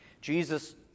Jesus